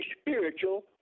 spiritual